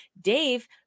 Dave